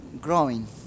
growing